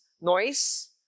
Noise